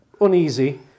uneasy